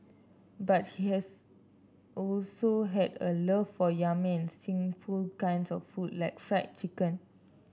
but he has also had a love for yummy and sinful kinds of food like fried chicken